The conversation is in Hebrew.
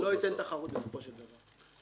לא ייתן תחרות בסופו של דבר.